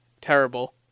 terrible